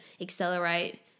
accelerate